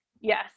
Yes